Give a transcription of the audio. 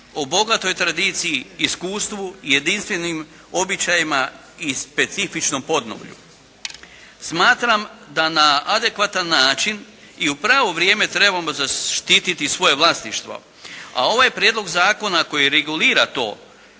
o bogatoj tradiciji, iskustvu, jedinstvenim običajima i specifičnom podneblju. Smatram da na adekvatan način i u pravo vrijeme trebamo zaštiti svoje vlasništvo, a ovaj prijedlog zakona koji regulira to